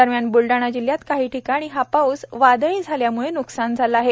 दरम्यान ब्लडाणा जिल्ह्यात काही ठिकाणी हा पाऊस वादळी झाल्यामुळे न्कसान झाले आहे